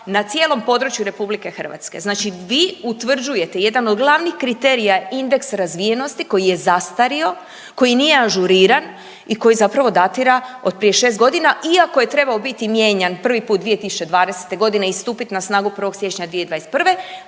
na cijelom području RH. Znači vi utvrđujete, jedan od glavnih kriterija je indeks razvijenosti koji je zastario, koji nije ažuriran i koji zapravo datira od prije 6 godina, iako je trebao biti mijenjan prvi puta 2020. i stupit na snagu 1. siječnja 2021.,